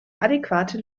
adäquate